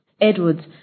Edwards